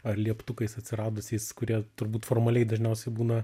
ar lieptukais atsiradusiais kurie turbūt formaliai dažniausiai būna